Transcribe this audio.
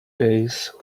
days